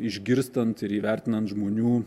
išgirstant ir įvertinant žmonių